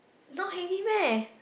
not heavy meh